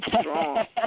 strong